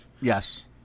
Yes